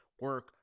Work